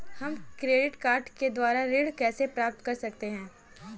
हम credit card के द्वारा ऋण कैसे प्राप्त कर सकते हैं?